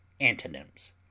ANTONYMS